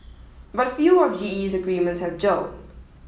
but few of GE's agreements have gelled